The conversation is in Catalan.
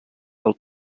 del